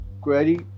query